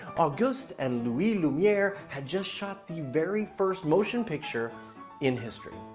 august and louis lumiere had just shot the very first motion picture in history.